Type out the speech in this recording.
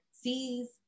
sees